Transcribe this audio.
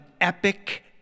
epic